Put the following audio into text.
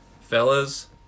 Fellas